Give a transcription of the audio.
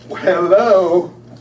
Hello